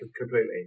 completely